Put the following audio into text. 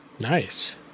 Nice